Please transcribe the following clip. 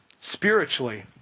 spiritually